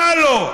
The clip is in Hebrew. למה לא?